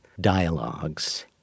dialogues